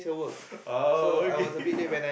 oh okay